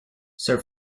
sir